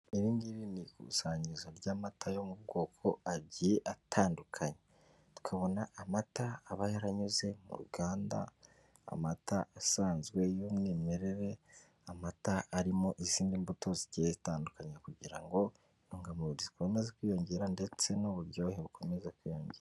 Iri ngiri ni ikusanyirizo ry'amata yo mu bwoko agiye atandukanye, tukabona amata aba yaranyuze mu ruganda, amata asanzwe y'umwimerere, amata arimo izindi mbuto zigiye zitandukanye kugira ngo intungamubiri zikomeze kwiyongera ndetse n'uburyohe bukomeze kwiyongera.